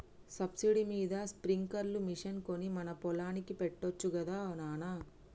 subsidy మీద sprinkler machine కొని మన పొలానికి పెట్టొచ్చు గదా నాన